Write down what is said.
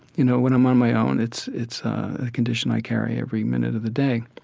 you know, when i'm on my own, it's it's a condition i carry every minute of the day,